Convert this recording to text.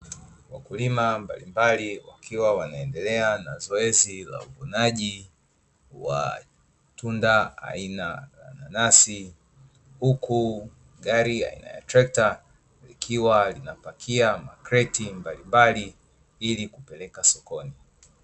Wakulima mbalimbali wakiwa wanaendelea na zoezi la uvunaji wa tunda aina ya nanasi huku gari aina ya trekta likiwa linapakia makreti mbalimbali ili kupeleka sokoni.